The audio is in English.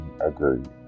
agreed